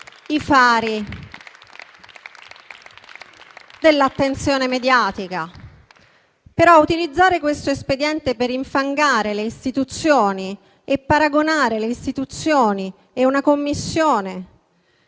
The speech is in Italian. i fari dell'attenzione mediatica. Ma utilizzare questo espediente per infangare le istituzioni e paragonare le istituzioni e una Commissione